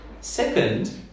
Second